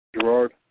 Gerard